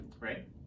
right